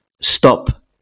stop